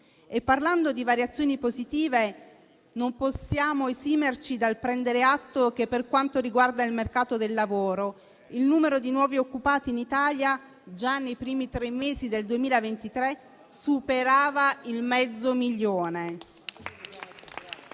Parlando di variazioni positive, non possiamo esimerci dal prendere atto che, per quanto riguarda il mercato del lavoro, il numero di nuovi occupati in Italia già nei primi tre mesi del 2023 superava il mezzo milione.